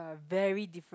~a very different